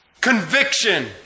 conviction